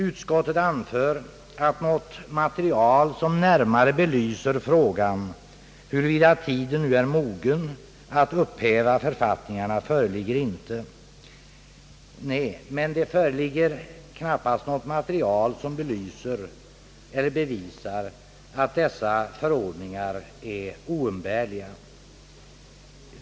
Utskottet anför att något material som närmare belyser frågan huruvida tiden nu är mogen att upphäva författningarna inte föreligger. Nej, men det föreligger knappast något material som visar att dessa förordningar är oumbärliga.